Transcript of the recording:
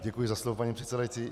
Děkuji za slovo, paní předsedající.